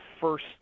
first